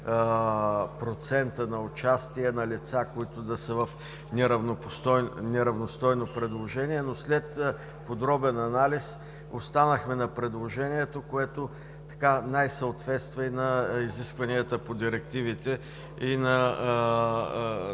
процента на участие на лица, които да са в неравностойно положение, но след подробен анализ останахме на предложението, което най съответства на изискванията по директивите и на